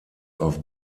auf